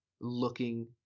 looking